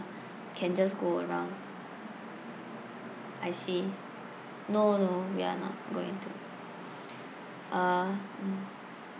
can just go around I see no no we are not going to uh mm